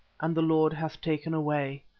and the lord hath taken away.